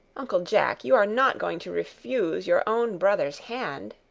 uncle jack, you are not going to refuse your own brother's hand?